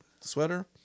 sweater